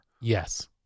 Yes